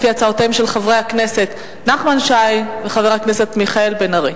לפי הצעותיהם של חברי הכנסת נחמן שי ומיכאל בן-ארי.